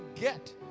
get